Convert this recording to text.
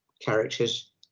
characters